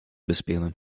bespelen